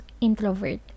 introvert